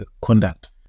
conduct